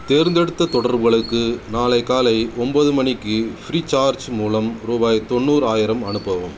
தேர்ந்தெடுத்த தொடர்புகளுக்கு நாளை காலை ஒம்பது மணிக்கு ஃப்ரீசார்ஜ் மூலம் ரூபாய் தொண்ணூறாயிரம் அனுப்பவும்